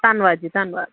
ਧੰਨਵਾਦ ਜੀ ਧੰਨਵਾਦ